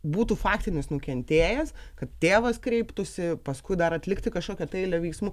būtų faktinis nukentėjęs kad tėvas kreiptųsi paskui dar atlikti kažkokią eilę veiksmų